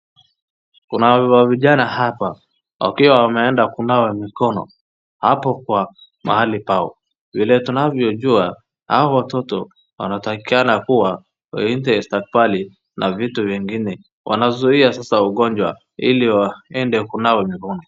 kuna vijana hapa wakiwa wameenda kunawa mikono hapo kwa mahali pao. Vile tunavyojua hawa watoto wanatakikana kuwa waende pale na vitu vingine. Wanazuia sasa ugonjwa ili waende kunawa mikono.